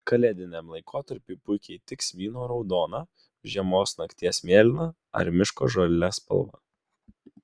kalėdiniam laikotarpiui puikiai tiks vyno raudona žiemos nakties mėlyna ar miško žalia spalva